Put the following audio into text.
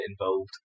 involved